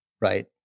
Right